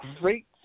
great